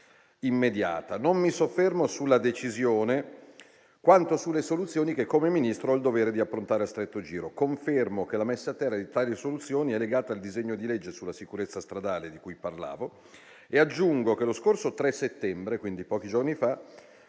immediata. Non mi soffermo sulla decisione, quanto sulle soluzioni che come Ministro ho il dovere di affrontare a stretto giro. Confermo che la messa a terra di tali soluzioni è legata al disegno di legge sulla sicurezza stradale di cui parlavo e aggiungo che lo scorso 3 settembre, quindi pochi giorni fa,